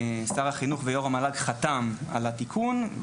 שר החינוך ויו"ר המל"ג חתם על התיקון,